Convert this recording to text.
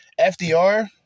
FDR